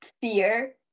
fear